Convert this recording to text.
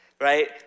right